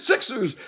Sixers